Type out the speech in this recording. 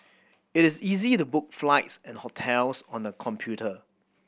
it is easy to book flights and hotels on the computer